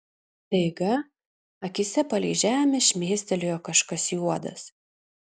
staiga akyse palei žemę šmėstelėjo kažkas juodas